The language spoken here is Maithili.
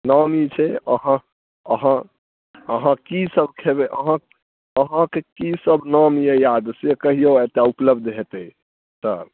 नामी छै अहाँ अहाँ अहाँ की सब खयबै अहाँ अहाँकऽ की सब नाम यऽ याद से कहिऔ एतऽ उपलब्ध होयतै सब